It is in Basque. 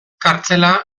kartzela